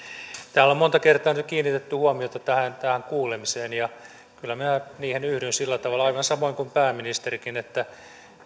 täällä on monta kertaa jo kiinnitetty huomiota tähän tähän kuulemiseen ja kyllä minä siihen yhdyn sillä tavalla aivan samoin kuin pääministerikin että